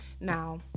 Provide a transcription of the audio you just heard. Now